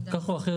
כך או אחרת,